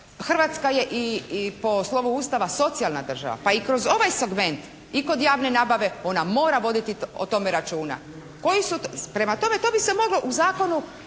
Hrvatska je i po slovu Ustava socijalna država. Pa i kroz ovaj segment i kod javne nabave ona mora voditi o tome računa koji su, prema tome to bi se moglo u zakonu